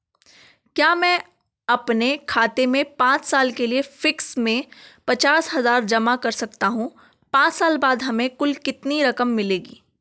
क्या मैं अपने खाते में पांच साल के लिए फिक्स में पचास हज़ार जमा कर सकता हूँ पांच साल बाद हमें कुल कितनी रकम मिलेगी?